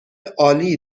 عالی